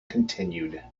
continued